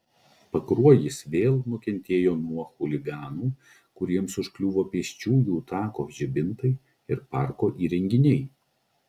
pakruojis vėl nukentėjo nuo chuliganų kuriems užkliuvo pėsčiųjų tako žibintai ir parko įrenginiai